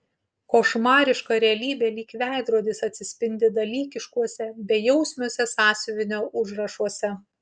košmariška realybė lyg veidrodis atsispindi dalykiškuose bejausmiuose sąsiuvinio užrašuose